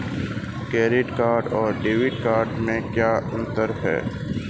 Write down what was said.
Credit card और debit card में क्या अंतर है?